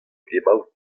emaout